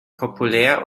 populär